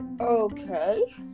okay